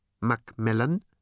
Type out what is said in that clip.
Macmillan